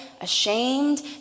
ashamed